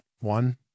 one